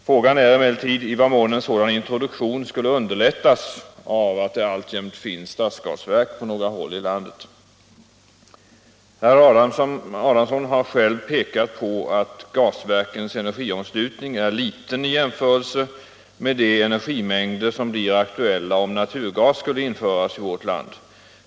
Frågan är emellertid i vad mån en sådan introduktion skulle underlättas av att det alltjämt finns stadsgasverk på några håll i landet. Herr Adamsson har själv pekat på att gasverkens energiomslutning är liten i jämförelse med de energimängder som blir aktuella om naturgas skulle införas i vårt land.